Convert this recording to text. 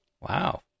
Wow